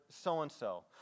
so-and-so